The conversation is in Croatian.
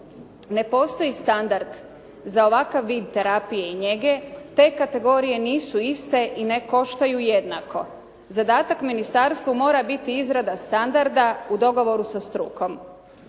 Ne postoji standard za ovakav vid terapije i njege, te kategorije nisu iste i ne koštaju jednako. Zadatak ministarstvu mora biti izrada standarda u dogovoru sa strukom.